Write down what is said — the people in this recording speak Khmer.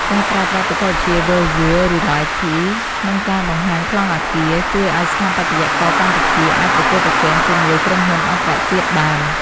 ការប្រើប្រាស់បច្ចេកវិទ្យា Virtual Reality ក្នុងការបង្ហាញប្លង់អគារ ជួយឱ្យស្ថាបត្យករកម្ពុជាអាចប្រកួតប្រជែងជាមួយក្រុមហ៊ុនអន្តរជាតិបាន។